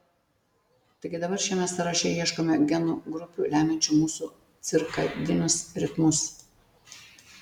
taigi dabar šiame sąraše ieškome genų grupių lemiančių mūsų cirkadinius ritmus